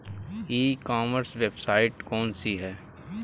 ई commerce website कौन सी है?